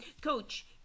Coach